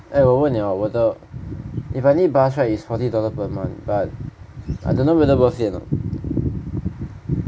eh 我问你 oh 我的 if I need bus right is forty dollar per month but I don't know worth it or not